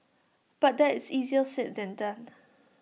but that is easier said than done